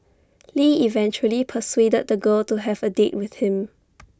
lee eventually persuaded the girl to have A date with him